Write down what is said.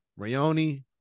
Rayoni